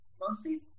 mostly